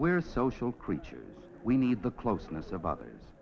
are social creatures we need the closeness of others